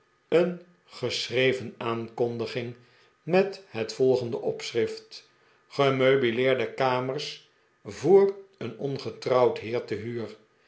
een geschreven aankondiging met het volgende opschrift gemeubileerde kamers voor een ongetrouwd heer te huur